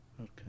Okay